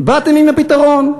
באתם עם הפתרון.